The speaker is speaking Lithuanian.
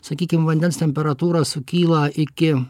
sakykim vandens temperatūra sukyla iki